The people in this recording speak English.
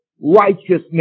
righteousness